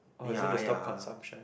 or is it to stop consumption